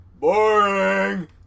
boring